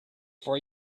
for